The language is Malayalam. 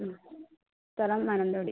സ്ഥലം മാനന്തവാടി